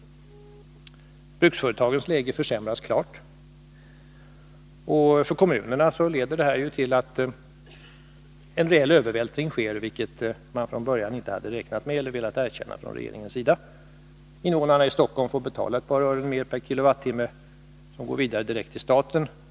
Bruksföretagens läge försämras klart. För kommunerna leder detta till att en reell övervältring sker, vilket man från regeringens sida inte från början har räknat med eller velat erkänna. I Stockholm får man betala ett par öre mer per kilowattimme som går vidare direkt till staten.